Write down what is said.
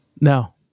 No